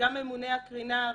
גם ממונה הקרינה הארצי,